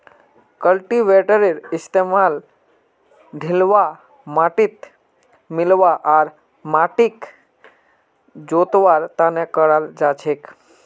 कल्टीवेटरेर इस्तमाल ढिलवा माटिक मिलव्वा आर माटिक जोतवार त न कराल जा छेक